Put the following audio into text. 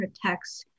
protects